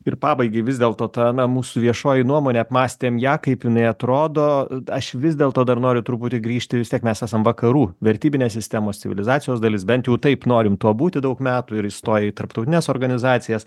ir pabaigai vis dėlto ta ana mūsų viešoji nuomonė apmąstėm ją kaip jinai atrodo aš vis dėlto dar noriu truputį grįžti vis tiek mes esam vakarų vertybinės sistemos civilizacijos dalis bent jau taip norim tuo būti daug metų ir įstoję į tarptautines organizacijas